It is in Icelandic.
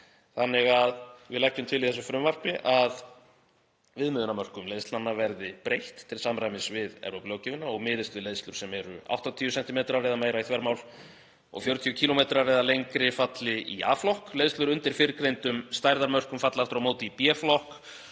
þannig að við leggjum til í þessu frumvarpi að viðmiðunarmörkum leiðslanna verði breytt til samræmis við Evrópulöggjöfina og miðist við að leiðslur sem eru 80 cm eða meira í þvermál og 40 km eða lengri falli í A-flokk. Leiðslur undir fyrrgreindum stærðarmörkum falla aftur á móti í B-flokk